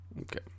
Okay